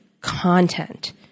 content